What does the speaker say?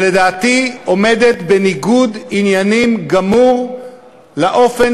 שלדעתי עומדת בניגוד עניינים גמור לאופן